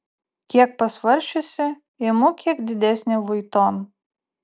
kiek pasvarsčiusi imu kiek didesnį vuitton